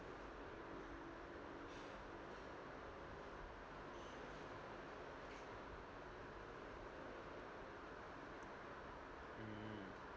mm